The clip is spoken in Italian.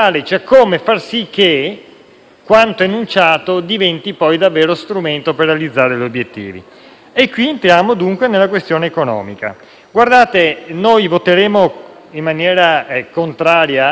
quanto enunciato diventi davvero strumento per realizzare gli obiettivi, entriamo dunque nella questione economica. Noi voteremo in maniera contraria a questo articolo